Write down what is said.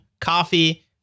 coffee